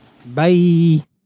Bye